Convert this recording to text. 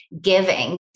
giving